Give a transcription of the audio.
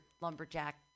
lumberjack